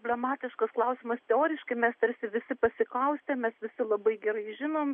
dramatiškus klausimus teoriškai mes tarsi visi pasiklausę mes visi labai gerai žinom